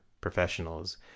professionals